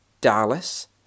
Dallas